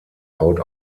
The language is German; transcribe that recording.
haut